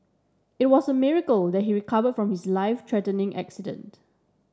it was a miracle that he recover from his life threatening accident